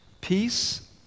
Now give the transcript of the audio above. peace